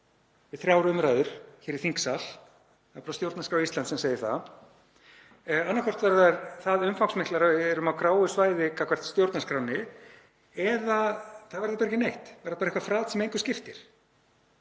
við þrjár umræður hér í þingsal, það er bara stjórnarskrá Íslands sem segir það — annaðhvort verða þær það umfangsmiklar að við erum á gráu svæði gagnvart stjórnarskránni eða það verður bara ekki neitt, bara eitthvert frat sem engu skiptir.